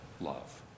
love